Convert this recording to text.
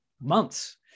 months